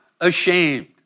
ashamed